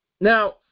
Now